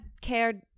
cared